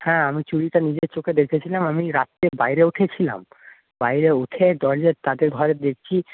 হ্যাঁ আমি চুরিটা নিজের চোখে দেখেছিলাম আমি রাত্রে বাইরে উঠেছিলাম বাইরে উঠে দরজা তাদের ঘরে দেখছি